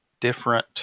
different